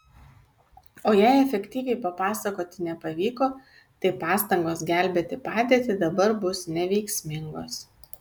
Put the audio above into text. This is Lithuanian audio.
o jei efektyviai papasakoti nepavyko tai pastangos gelbėti padėtį dabar bus neveiksmingos